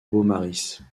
beaumaris